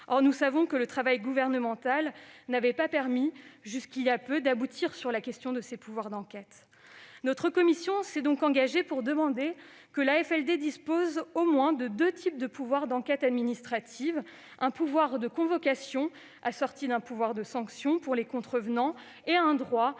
Or nous savons que le travail gouvernemental n'avait pas permis, jusqu'à récemment, d'aboutir sur la question de ces pouvoirs d'enquête. Notre commission s'est donc engagée pour demander que l'AFLD dispose au moins de deux types de pouvoir d'enquête administrative : un pouvoir de convocation assorti d'un pouvoir de sanction pour les contrevenants et un droit à recourir